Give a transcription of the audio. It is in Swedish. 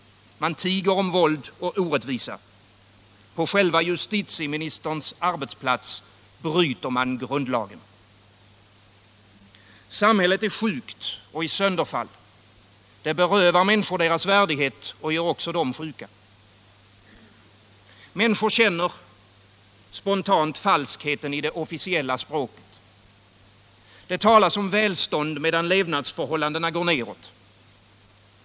Man tiger om våld och orättvisa. På själva justitieministerns arbetsplats bryter man grundlagen. Samhället är sjukt och i sönderfall. Det berövar människor deras värdighet och gör också dem sjuka. Människor känner spontant falskheten i det officiella språket. Det talas om välstånd medan levnadsförhållandena går neråt.